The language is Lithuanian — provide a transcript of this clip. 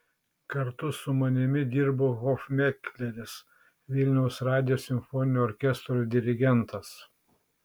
kartu su manimi dirbo hofmekleris vilniaus radijo simfoninio orkestro dirigentas